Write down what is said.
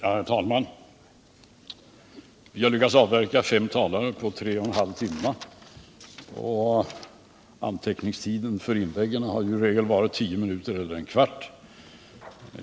Herr talman! Vi har lyckats avverka fem talare på två och en halv timme. Anteckningstiden för inläggen har i regel varit 10 eller 15 minuter.